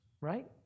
right